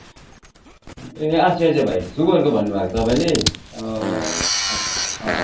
ए अच्छा अच्छा भाइ सुगरको भन्नुभएको तपाईँले अच्छा